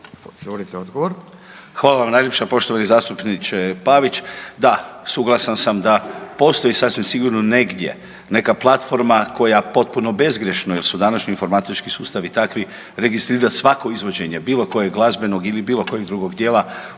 Hvala vam najljepša. Poštovani zastupniče Pavić. Da, suglasan sam da postoji sasvim sigurno negdje neka platforma koja potpuno bezgrješno jer su današnji informatički sustavi takvi registrira svako izvođenje bilo kojeg glazbenog ili bilo kojeg drugog djela u onom